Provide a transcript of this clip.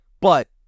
but-